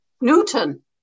Newton